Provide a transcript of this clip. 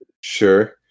sure